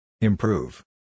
Improve